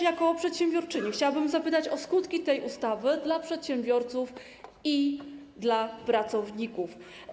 Jako przedsiębiorczyni chciałabym zapytać o skutki tej ustawy dla przedsiębiorców i pracowników.